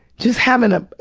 just havin' a,